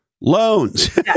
loans